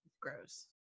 gross